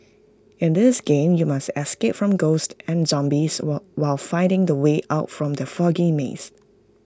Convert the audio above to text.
in this game you must escape from ghosts and zombies while finding the way out from the foggy maze